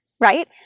right